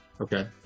Okay